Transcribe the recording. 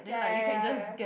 ya ya ya ya